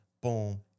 boom